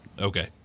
Okay